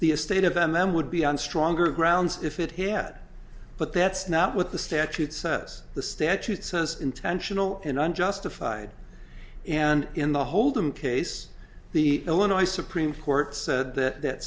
the estate of m m would be on stronger grounds if it had but that's not what the statute says the statute says intentional in unjustified and in the hold'em case the illinois supreme court said that